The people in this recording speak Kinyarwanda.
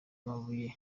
amabuye